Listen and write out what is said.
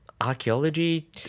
Archaeology